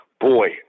boy